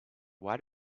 why